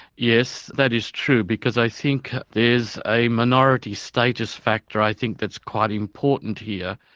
yes, that is true, because i think there's a minority status factor, i think, that's quite important here,